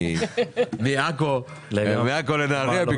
מעכו לנהריה,